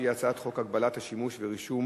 שהיא הצעת חוק הגבלת השימוש ורישום